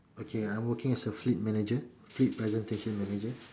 okay I'm okay with a fleet manager fleet presentation manager